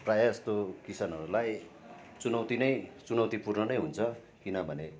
प्राय जस्तो किसानहरूलाई चुनौती नै चुनौतीपूर्ण नै हुन्छ किनभने